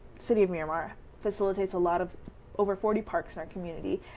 city of miramar facilitates a lot of over forty parks in our community,